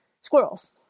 Squirrels